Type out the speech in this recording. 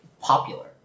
popular